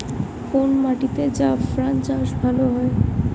কোন মাটিতে জাফরান চাষ ভালো হয়?